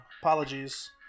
Apologies